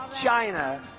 China